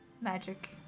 magic